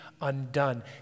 undone